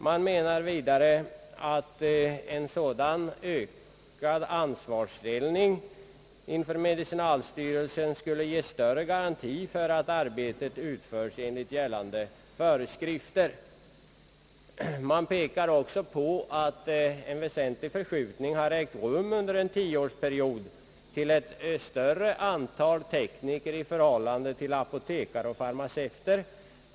Man menar vidare att en sådan utökad ansvarsställning inför medicinalstyrelsen skulle ge större garanti för att arbetet utförs enligt gällande föreskrifter. Man pekar också på att under en tioårsperiod en väsentlig förskjutning i personalens sammansättning har ägt rum, till större antal tekniker i förhållande till apotekare och farmaceuter.